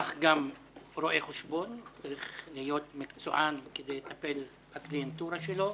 כך גם רואה חשבון צריך להיות מקצוען כדי לטפל בקליינטורה שלו,